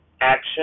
action